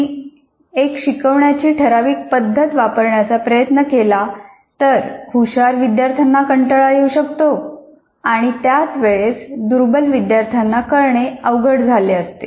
तुम्ही एक शिकवण्याची ठराविक पद्धत वापरण्याचा प्रयत्न केला तर हुशार विद्यार्थ्यांना कंटाळा येऊ शकतो आणि त्याच वेळेला दुर्बल विद्यार्थ्यांना कळणे अवघड झाले असते